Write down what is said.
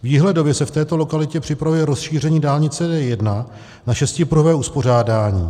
Výhledově se v této lokalitě připravuje rozšíření dálnice D1 na šestipruhové uspořádání.